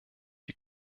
die